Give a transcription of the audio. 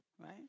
right